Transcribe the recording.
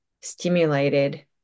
stimulated